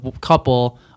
couple